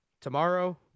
tomorrow